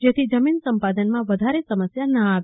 જેથી જમીન સંપાદનમાં વધારે સમસ્યા ન આવે